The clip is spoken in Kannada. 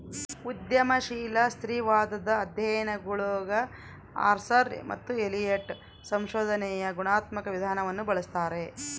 ಉದ್ಯಮಶೀಲ ಸ್ತ್ರೀವಾದದ ಅಧ್ಯಯನಗುಳಗಆರ್ಸರ್ ಮತ್ತು ಎಲಿಯಟ್ ಸಂಶೋಧನೆಯ ಗುಣಾತ್ಮಕ ವಿಧಾನವನ್ನು ಬಳಸ್ತಾರೆ